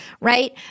right